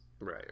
Right